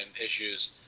issues